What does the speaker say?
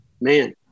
man